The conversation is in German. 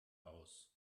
aus